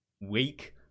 weak